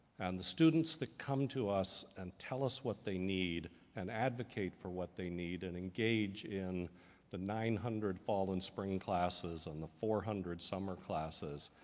and the students that come to us and tell us what they need and advocate for what they need and engage in the nine hundred fall and spring classes and the four hundred summer classes,